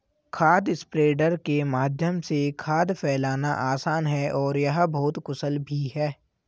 खाद स्प्रेडर के माध्यम से खाद फैलाना आसान है और यह बहुत कुशल भी है